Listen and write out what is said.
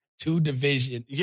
two-division